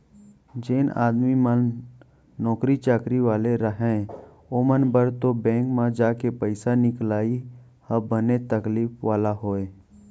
जेन आदमी मन नौकरी चाकरी वाले रहय ओमन बर तो बेंक म जाके पइसा निकलाई ह बनेच तकलीफ वाला होय